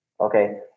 okay